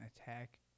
attack